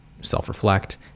self-reflect